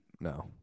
no